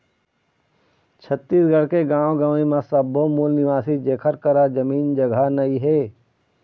छत्तीसगढ़ के गाँव गंवई म सब्बो मूल निवासी जेखर करा जमीन जघा नइ हे